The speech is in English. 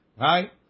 Right